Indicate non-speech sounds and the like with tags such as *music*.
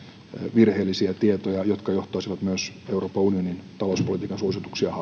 virheellisiä tietoja jotka johtaisivat myös euroopan unionin talouspolitiikan suosituksia *unintelligible*